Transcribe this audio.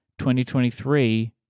2023